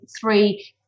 three